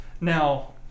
now